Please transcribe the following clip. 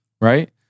right